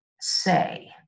say